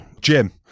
Jim